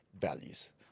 values